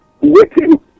waiting